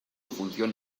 función